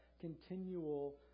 continual